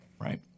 right